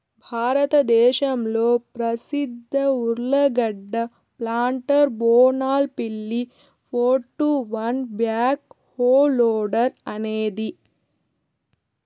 భారతదేశంలో ప్రసిద్ధ ఉర్లగడ్డ ప్లాంటర్ బోనాల్ పిల్లి four two one backhoe loader అనేది